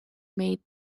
made